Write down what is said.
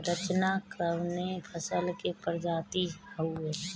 रचना कवने फसल के प्रजाति हयुए?